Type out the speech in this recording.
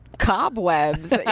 Cobwebs